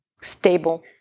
stable